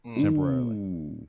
temporarily